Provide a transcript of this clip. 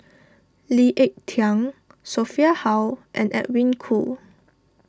Lee Ek Tieng Sophia Hull and Edwin Koo